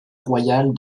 royal